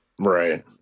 Right